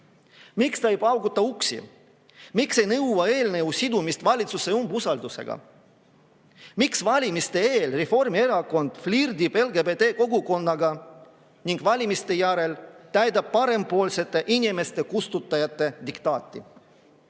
Miks ta ei pauguta uksi? Miks ta ei nõua eelnõu sidumist valitsuse umbusaldamisega? Miks valimiste eel Reformierakond flirdib LGBT kogukonnaga, aga valimiste järel allub parempoolsete, inimeste kustutajate